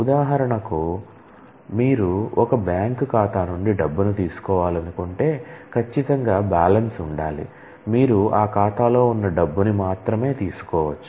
ఉదాహరణకు మీరు ఒక బ్యాంక్ ఖాతా నుండి డబ్బును తీసుకోవాలనుకుంటే ఖచ్చితంగా బ్యాలెన్స్ ఉండాలి మీరు ఆ ఖాతాలో ఉన్న డబ్బు ని మాత్రమే తీసుకోవచ్చు